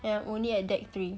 and I'm only at deck three